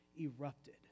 erupted